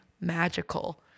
magical